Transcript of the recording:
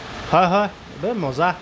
হয় হয় মজা